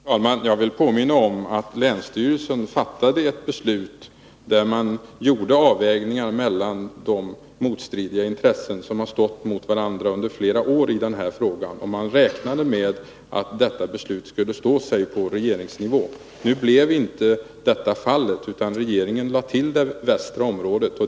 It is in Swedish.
Herr talman! Jag vill påminna om att länsstyrelsen fattade ett beslut, där man gjorde avvägningar mellan de motstridiga intressen som har stått mot varandra under flera år i denna fråga. Länsstyrelsen räknade med att detta beslut skulle stå sig på regeringsnivå. Nu blev detta inte fallet, utan regeringen lade till det västra området.